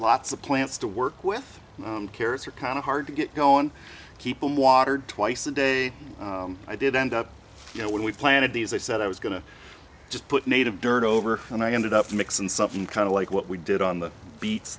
lots of plants to work with carrots are kind of hard to get going keep them watered twice a day i did end up you know when we planted these i said i was going to just put native dirt over and i ended up mix in something kind of like what we did on the be